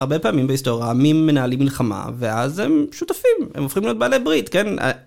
הרבה פעמים בהיסטוריה, עמים מנהלים מלחמה, ואז הם שותפים, הם הופכים להיות בעלי ברית, כן?